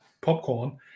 popcorn